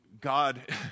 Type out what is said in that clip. God